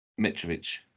Mitrovic